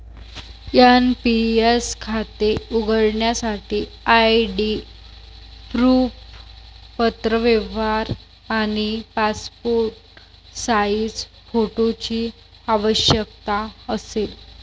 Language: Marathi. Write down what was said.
एन.पी.एस खाते उघडण्यासाठी आय.डी प्रूफ, पत्रव्यवहार आणि पासपोर्ट साइज फोटोची आवश्यकता असेल